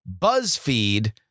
BuzzFeed